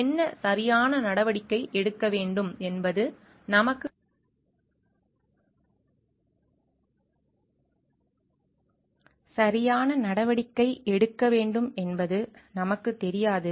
என்ன சரியான நடவடிக்கை எடுக்க வேண்டும் என்பது நமக்கு தெரியாது